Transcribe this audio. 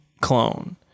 clone